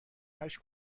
هشت